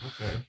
okay